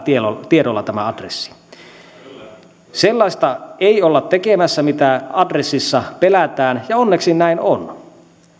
tiedolla allekirjoittamaan tämä adressi sellaista ei olla tekemässä mitä adressissa pelätään ja onneksi näin on